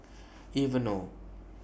Aveeno